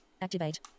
Activate